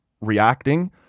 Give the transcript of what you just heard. reacting